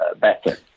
better